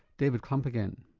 david klumpp again.